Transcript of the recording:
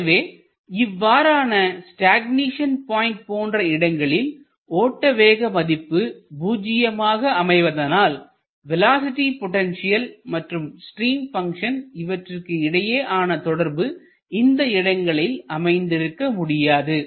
எனவே இவ்வாறான stagnation point போன்ற இடங்களில் ஓட்டவேக மதிப்பு பூஜ்ஜியமாக அமைவதனால் வேலோஸிட்டி பொட்டன்ஷியல் மற்றும் ஸ்ட்ரீம் பங்ஷன் இவற்றிற்கு இடையே ஆன தொடர்பு இந்த இடங்களில் அமைந்திருக்க முடியாது